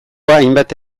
hainbat